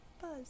Buzz